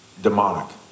demonic